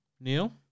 Neil